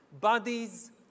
bodies